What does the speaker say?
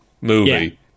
movie